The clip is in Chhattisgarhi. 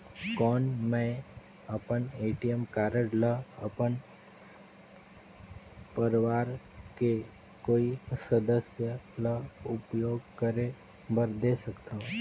कौन मैं अपन ए.टी.एम कारड ल अपन परवार के कोई सदस्य ल उपयोग करे बर दे सकथव?